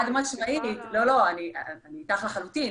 חד-משמעית, אני אתך לחלוטין.